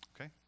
Okay